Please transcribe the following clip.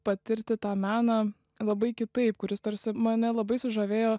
patirti tą meną labai kitaip kuris tarsi mane labai sužavėjo